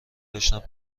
داشتم